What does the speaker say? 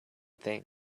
thing